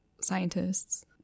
scientists